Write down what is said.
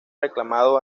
reclamado